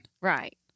Right